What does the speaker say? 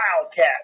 Wildcat